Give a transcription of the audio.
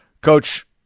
Coach